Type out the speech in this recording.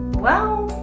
well.